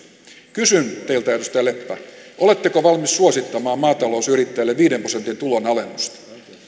kysyn teiltä edustaja leppä oletteko valmis suosittamaan maatalousyrittäjille viiden prosentin tulonalennusta